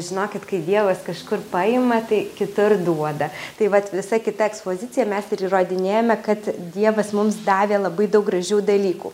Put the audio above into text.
žinokit kai dievas kažkur paima tai kitur duoda tai vat visa kita ekspozicija mes ir įrodinėjome kad dievas mums davė labai daug gražių dalykų